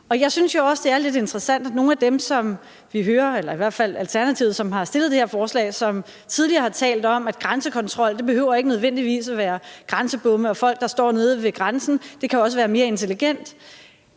Jeg synes jo også, det er lidt interessant, at nogle af dem – eller i hvert fald Alternativet, der har fremsat det her forslag – som tidligere har talt om, at grænsekontrol ikke nødvendigvis behøver at være grænsebomme og folk, der står nede ved grænsen, men at det også kan være mere intelligent,